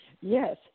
Yes